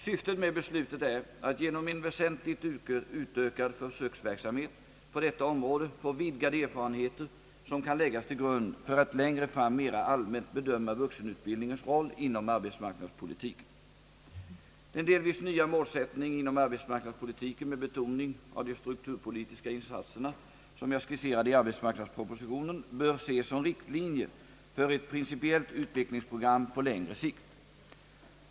Syftet med beslutet är att genom en väsentligt utökad försöksverksamhet på detta område få vidgade erfarenheter som kan läggas till grund för att längre fram mera allmänt bedöma vuxenutbildningens roll inom arbetsmarknadspolitiken. Den delvis nya målsättning inom arbetsmarknadspolitiken med betoning av de strukturpolitiska insatserna, som jag skisserade i arbetsmarknadspropositionen, bör ses som riktlinje för ett principiellt — utvecklingsprogram - på längre sikt.